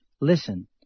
Listen